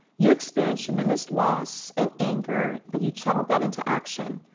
you experienced tremendous loss and anger but you channeled that into action.